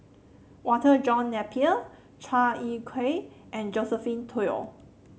Walter John Napier Chua Ek Kay and Josephine Teo